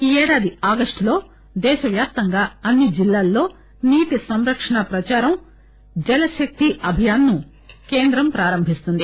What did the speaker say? ఈ ఏడాది ఆగస్టులో దేశవ్యాప్తంగా అన్ని జిల్లాల్లో నీటి సంరక్షణ ప్రచారం జల్ శక్తి అభియాస్ ను కేంద్రం ప్రారంభిస్తుంది